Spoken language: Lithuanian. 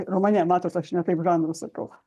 romane matot aš ne taip žanrus sakau